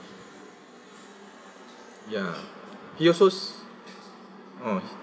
ya he also oh